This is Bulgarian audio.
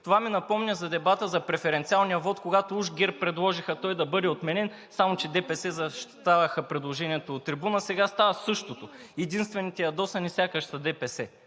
Това ми напомня за дебата за преференциалния вот, когато уж ГЕРБ предложиха той да бъде отменен, само че ДПС защитаваха предложението от трибуната. Сега става същото. Единствените ядосани сякаш са ДПС,